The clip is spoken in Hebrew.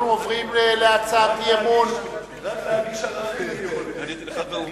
אנחנו עוברים להצעת אי-אמון, עניתי לך בהומור.